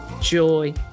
joy